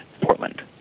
portland